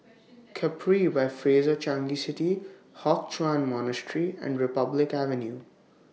Capri By Fraser Changi City Hock Chuan Monastery and Republic Avenue